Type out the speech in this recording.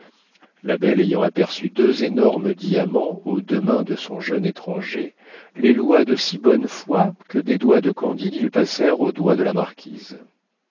la belle ayant aperçu deux énormes diamants aux deux mains de son jeune étranger les loua de si bonne foi que des doigts de candide ils passèrent aux doigts de la marquise